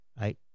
right